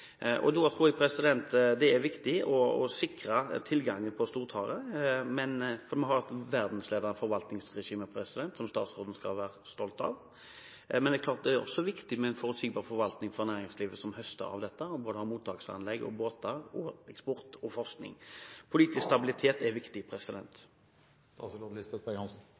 Det er viktig å sikre tilgangen på stortare. Vi har et verdensledende forvaltningsregime, som statsråden skal være stolt av. Men det er klart det også er viktig med forutsigbar forvaltning for næringslivet som høster av dette – både mottaksanlegg, båter, eksportnæringen og forskning. Politisk stabilitet er viktig. Jeg tror ikke det er